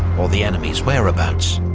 or the enemy's whereabouts.